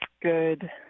good